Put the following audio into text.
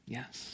Yes